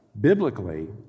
Biblically